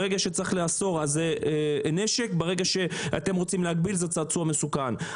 ברגע שצריך לאסור זה נשק וברגע שאתם רוצים להגביל זה צעצוע מסוכן.